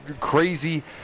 crazy